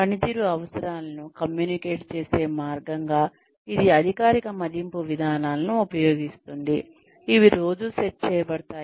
పనితీరు అవసరాలను కమ్యూనికేట్ చేసే మార్గంగా ఇది అధికారిక మదింపు విధానాలను ఉపయోగిస్తుంది ఇవి రోజూ సెట్ చేయబడతాయి